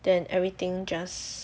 then everything just